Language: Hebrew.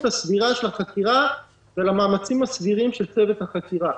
הסבירה של החקירה ועל המאמצים הסבירים של צוות החקירה.